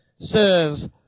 says